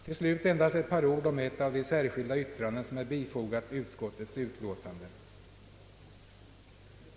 Till slut endast ett par ord om de särskilda yttranden som är fogade till utskottets utlåtande.